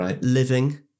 Living